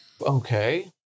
okay